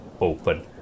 open